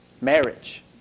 Marriage